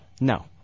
No